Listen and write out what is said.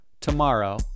tomorrow